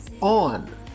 on